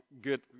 good